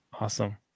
Awesome